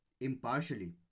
impartially